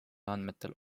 andmetel